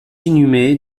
inhumé